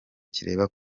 kireba